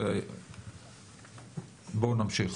בואו נמשיך.